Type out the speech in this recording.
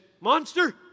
Monster